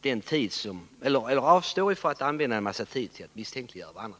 Då kan vi avstå från att använda en massa tid till att misstänkliggöra varandra.